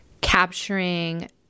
capturing